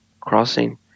crossing